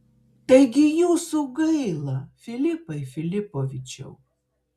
taigi jūsų gaila filipai filipovičiau